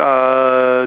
uh